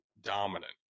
dominant